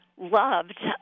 loved